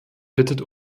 bittet